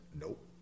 nope